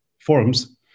Forums